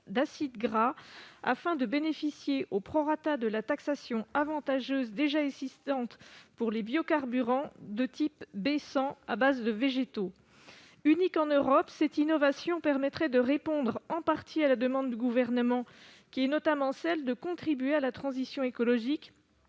d'acides gras, afin de bénéficier,, de la taxation avantageuse déjà existante pour les biocarburants de type B100, à base de végétaux. Unique en Europe, cette innovation permettrait de répondre en partie aux demandes du Gouvernement, notamment celle de contribuer à la transition écologique